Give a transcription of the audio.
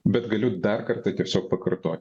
bet galiu dar kartą tiesiog pakartoti